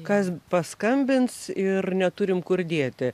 kas paskambins ir neturim kur dėti